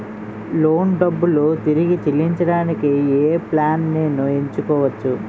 Loan డబ్బులు తిరిగి చెల్లించటానికి ఏ ప్లాన్ నేను ఎంచుకోవచ్చు?